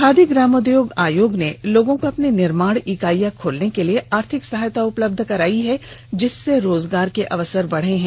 खादी ग्रामोद्योग आयोग ने लोगों को अपनी निर्माण इकाइयां खोलने के लिए आर्थिक सहायता उपलब्ध कराई है जिससे रोजगार के अवसर बढ़े हैं